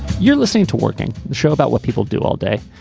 you're listening to working the show about what people do all day.